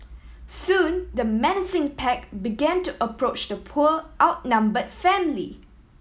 soon the menacing pack began to approach the poor outnumber family